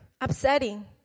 upsetting